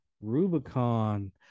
Rubicon